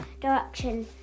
direction